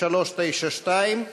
46392,